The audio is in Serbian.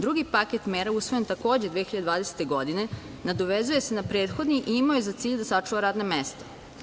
Drugi paket mera usvojen takođe 2020. godine nadovezuje se na prethodni i imao je za cilj da sačuva radna mesta.